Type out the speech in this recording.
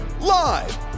Live